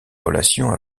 relation